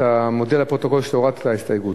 אתה מודיע לפרוטוקול שהורדת את ההסתייגות.